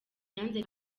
yanze